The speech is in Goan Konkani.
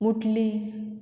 मुटली